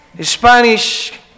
Spanish